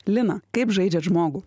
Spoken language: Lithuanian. lina kaip žaidžiat žmogų